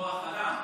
כוח אדם,